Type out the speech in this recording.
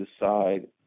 decide